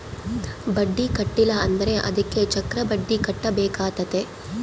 ಬಡ್ಡಿ ಕಟ್ಟಿಲ ಅಂದ್ರೆ ಅದಕ್ಕೆ ಚಕ್ರಬಡ್ಡಿ ಕಟ್ಟಬೇಕಾತತೆ